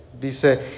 Dice